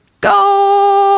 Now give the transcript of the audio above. Go